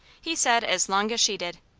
he said as long as she did.